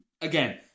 again